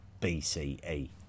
BCE